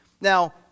Now